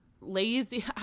lazy